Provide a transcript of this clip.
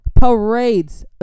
parades